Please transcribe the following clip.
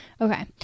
Okay